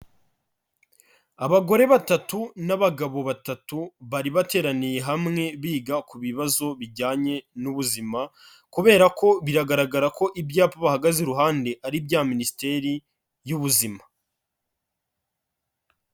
Abagore batatu n'abagabo batatu bari bateraniye hamwe biga ku bibazo bijyanye n'ubuzima, kubera ko biragaragara ko ibyapa bahagaze iruhande ari ibya Minisiteri y'Ubuzima.